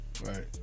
Right